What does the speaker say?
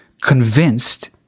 convinced